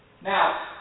Now